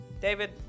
David